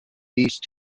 these